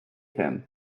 him